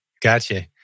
Gotcha